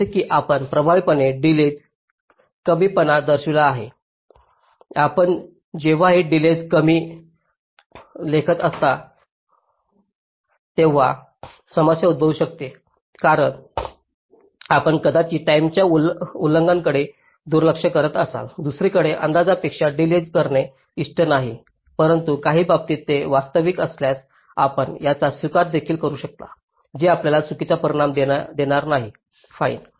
जसे की आपण प्रभावीपणे डिलेज कमीपणा दर्शवित आहात आपण जेव्हाही डिलेज कमी लेखत असता तेव्हा समस्या उद्भवू शकते कारण आपण कदाचित टाईमच्या उल्लंघनाकडे दुर्लक्ष करत असाल दुसरीकडे अंदाजापेक्षा डिलेज करणे इष्ट नाही परंतु काही बाबतीत ते अस्तित्त्वात असल्यास आपण त्यांना स्वीकारू देखील शकता जे आपल्याला चुकीचा परिणाम देणार नाही दंड